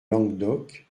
languedoc